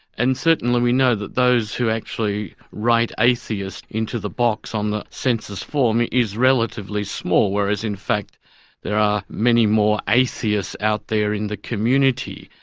and certainly we know that those who actually write atheist into the box on the census form is relatively small, whereas in fact there are many more atheists out there in the community,